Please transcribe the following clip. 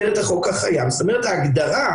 לכן קם הצוות הבין-משרדי.